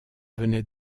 venait